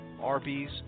Arby's